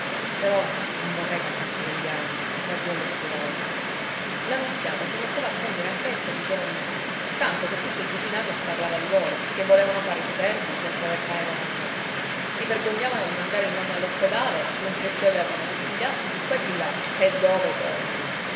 però non vorrei camparci degli anni laggiù all'ospedale la nunziata si metteva a piangere anch'essa e diceva di no tanto che tutto il vicinato sparlava di loro che volevano fare i superbi senza aver pane da mangiare si vergognavano di mandare il nonno all'ospedale mentre ci avevano tutti gli altri di qua e di là e dove poi